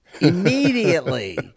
immediately